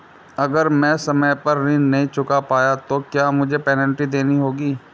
अगर मैं समय पर ऋण नहीं चुका पाया तो क्या मुझे पेनल्टी देनी होगी?